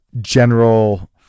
general